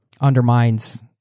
undermines